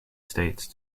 states